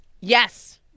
Yes